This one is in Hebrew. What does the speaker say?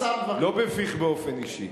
הוא שם דברים, לא בפיך באופן אישי.